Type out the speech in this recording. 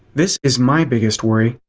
this is my biggest worry.